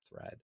thread